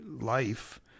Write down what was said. life